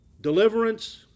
deliverance